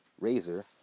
razor